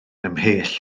ymhell